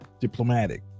diplomatic